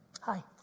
Hi